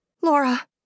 Laura